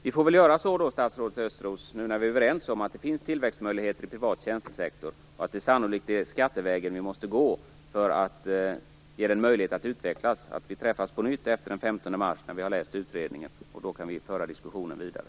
Nu när vi är överens om att det finns tillväxtmöjligheter i privat tjänstesektor, statsrådet Östros, och att det sannolikt är skattevägen vi måste gå för att ge den möjlighet att utvecklas, får vi väl träffas på nytt efter den 15 mars när vi har läst utredningen, och då kan vi föra diskussionen vidare.